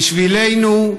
בשבילנו,